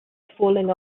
falling